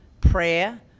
prayer